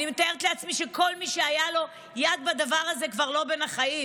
אני מתארת לעצמי שכל מי שהייתה לו יד בדבר הזה כבר לא בין החיים,